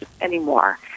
anymore